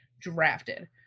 drafted